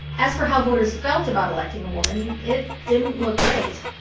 as for how voters felt about electing a woman, it didn't look great.